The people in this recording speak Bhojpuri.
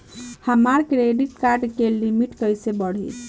हमार क्रेडिट कार्ड के लिमिट कइसे बढ़ी?